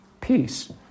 peace